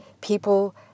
people